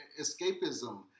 escapism